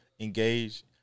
Engage